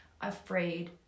afraid